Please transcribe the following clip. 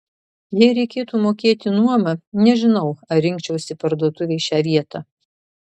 jei reikėtų mokėti nuomą nežinau ar rinkčiausi parduotuvei šią vietą